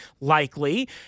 likely